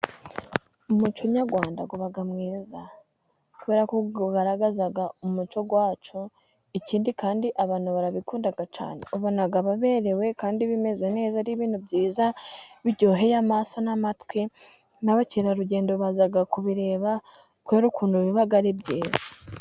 Umuco nyarwanda uba mwiza kuberako ugaragaza umuco wacu, ikindi kandi abantu barabikunda cyane ubona baberewe kandi bimeze neza ari ibintu byiza biryoheye amaso n'amatwi, n'abakerarugendo baza kubireba kubera ukuntu biba ari byiza.